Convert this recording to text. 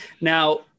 Now